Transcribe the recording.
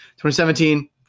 2017